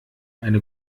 eine